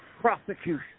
prosecution